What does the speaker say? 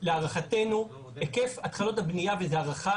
להערכתנו היקף התחלות הבנייה, וזו הערכה